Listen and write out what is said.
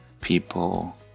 people